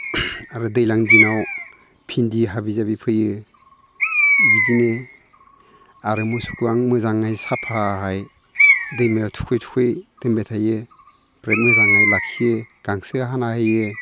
आरो दैज्लां दिनाव भिन्दि हाबि जाबि फोयो बिदिनो आरो मोसौखो आं मोजाङै साफाहाय दैमायाव थुखै थुखै दोनबाय थायो ओमफ्राय मोजाङै लाखियो गांसो हाना होयो